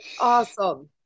Awesome